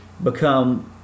become